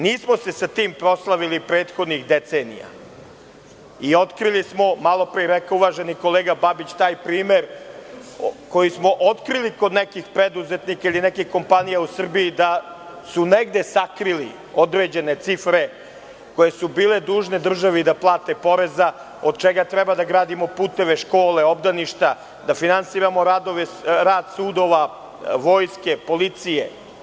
Nismo se sa tim proslavili prethodnih decenija i otkrili smo, malopre je rekao uvaženi kolega Babić, taj primer koji smo otkrili kod nekih preduzetnika ili nekih kompanija u Srbiji da su negde sakrili određene cifre koje su bile dužne državi da plate porez od čega treba da gradimo puteve, škole, obdaništa, da finansiramo rad sudova, vojske, policije.